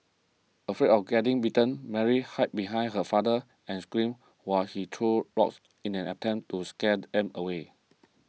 afraid of getting bitten Mary hide behind her father and screamed while he threw rocks in an attempt to scare them away